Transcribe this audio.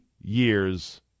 years